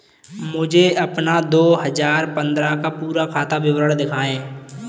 मुझे अपना दो हजार पन्द्रह का पूरा खाता विवरण दिखाएँ?